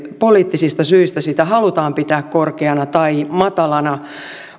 poliittisista syistä sitä halutaan pitää korkeana tai matalana